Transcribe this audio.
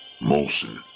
Molson